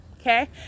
okay